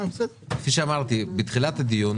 כפי שאמרתי בתחילת הדיון,